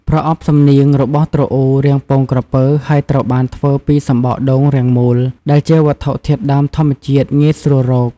ប្រអប់សំនៀងរបស់ទ្រអ៊ូរាងពងក្រពើ ហើយត្រូវបានធ្វើពីសំបកដូងរាងមូល ដែលជាវត្ថុធាតុដើមធម្មជាតិងាយស្រួលរក។